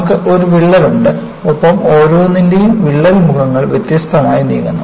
നമുക്ക് ഒരു വിള്ളൽ ഉണ്ട് ഒപ്പം ഓരോന്നിന്റെയും വിള്ളൽ മുഖങ്ങൾ വ്യത്യസ്തമായി നീങ്ങുന്നു